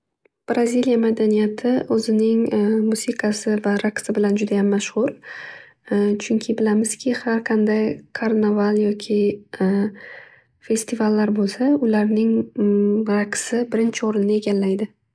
Braziliya madaniyati o'zingiz musikasi va raqsi bilan judayam mashhur. Chunki bilamizki har qanday karnaval yoki festivallar bo'lsa ularning raqsi birinchi o'rinni egallaydi.